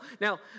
Now